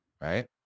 right